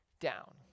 down